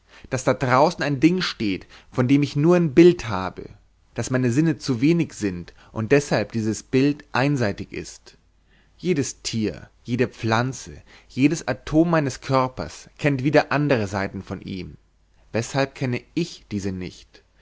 daß da draußen ein ding steht von dem ich nur in bild habe daß meine sinne zu wenig sind und deshalb dieses bild einseitig ist jedes tier jede pflanze jedes atom meines körpers kennt wieder andere seiten von ihm weshalb kenne ich diese nicht